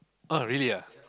oh really ah